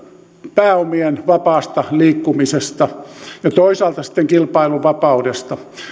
pääomien vapaasta liikkumisesta ja toisaalta kilpailun vapaudesta